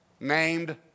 named